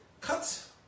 cuts